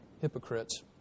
hypocrites